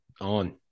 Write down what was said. on